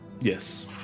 yes